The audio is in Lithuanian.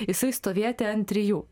jisai stovėti ant trijų